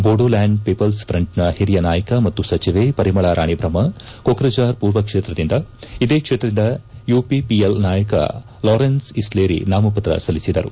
Bodoland people ಫ್ರೆಂಟ್ನ ಹಿರಿಯ ನಾಯಕ ಮತ್ತು ಸಚಿವೆ ಪರಿಮಳಾ ರಾಣಿ ಬ್ರಹ್ನ ಕೊಕ್ರಜಾರ್ ಪೂರ್ವ ಕ್ಷೇತ್ರದಿಂದ ಇದೇ ಕ್ಷೇತ್ರದಿಂದ ಯುಪಿಪಿಎಲ್ ನಾಯಕ ಲಾರೆನ್ಸ್ ಇಸ್ಲೇರಿ ನಾಮಪತ್ರ ಸಲ್ಲಿಸಿದರು